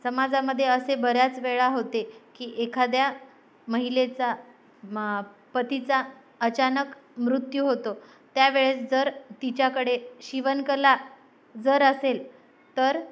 समाजामध्ये असे बऱ्याच वेळा होते की एखाद्या महिलेचा मा पतीचा अचानक मृत्यू होतो त्या वेळेस जर तिच्याकडे शिवणकला जर असेल तर